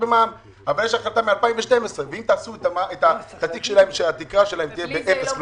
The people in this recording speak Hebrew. אבל יש החלטה מ-2012 ואם תעשו את התיק שלהם כך שהתקרה שלהן תהיה באפס,